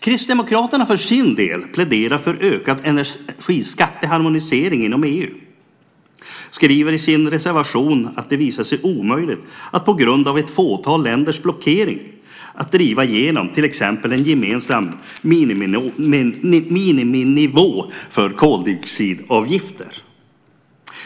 Kristdemokraterna för sin del pläderar för ökad energiskatteharmonisering inom EU. De skriver i sin reservation att det visat sig omöjligt på grund av ett fåtal länders blockering att driva igenom till exempel en gemensam miniminivå för koldioxidavgifter.